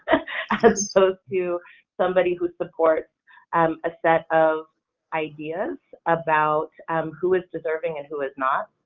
to so to somebody who supports um a set of ideas about um who is deserving and who is not,